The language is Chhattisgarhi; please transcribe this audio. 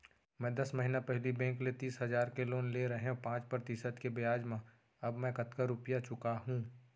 मैं दस महिना पहिली बैंक ले तीस हजार के लोन ले रहेंव पाँच प्रतिशत के ब्याज म अब मैं कतका रुपिया चुका हूँ?